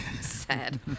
sad